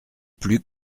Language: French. plus